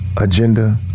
agenda